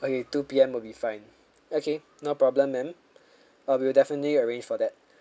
okay two P_M will be fine okay no problem ma'am uh we will definitely arrange for that